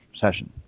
session